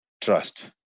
trust